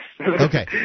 Okay